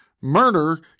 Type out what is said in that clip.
murder